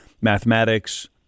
mathematics